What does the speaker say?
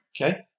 Okay